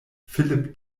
philipp